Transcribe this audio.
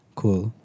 cool